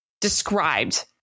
described